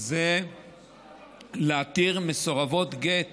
היא להתיר מסורבות גט